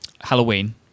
Halloween